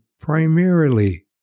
primarily